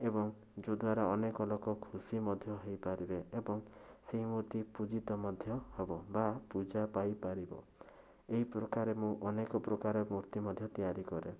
ଏବଂ ଯେଉଁ ଦ୍ୱାରା ଅନେକ ଲୋକ ଖୁସି ମଧ୍ୟ ହେଇପାରିବେ ଏବଂ ସେଇ ମୂର୍ତ୍ତି ପୂଜିତ ମଧ୍ୟ ହବ ବା ପୂଜା ପାଇପାରିବ ଏଇ ପ୍ରକାରେ ମୁଁ ଅନେକ ପ୍ରକାରର ମୂର୍ତ୍ତି ମଧ୍ୟ ତିଆରି କରେ